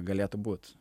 galėtų būt